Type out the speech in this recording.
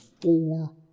four